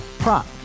Prop